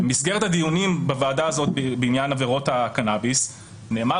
במסגרת הדיונים בוועדה הזאת בעניין עבירות הקנאביס נאמר